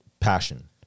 Passion